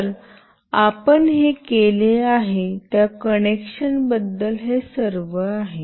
तर आपण हे केले आहे त्या कनेक्शन बद्दल हे सर्व आहे